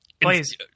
Please